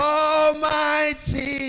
almighty